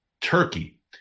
Turkey